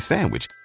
Sandwich